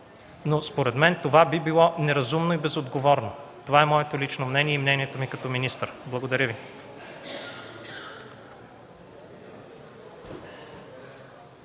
Според мен това би било неразумно и безотговорно. Това е моето лично мнение и мнението ми като министър. Благодаря Ви.